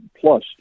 plus